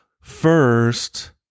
first